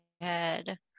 head